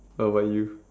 what about you